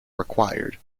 required